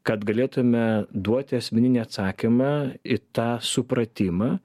kad galėtume duoti asmeninį atsakymą į tą supratimą